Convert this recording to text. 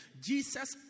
Jesus